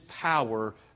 power